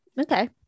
Okay